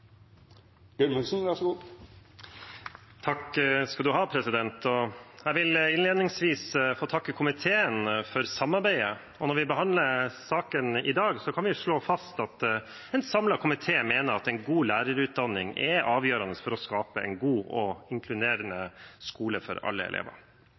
vil innledningsvis få takke komiteen for samarbeidet. Når vi behandler saken i dag, kan vi slå fast at en samlet komité mener at en god lærerutdanning er avgjørende for å skape en god og